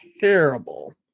terrible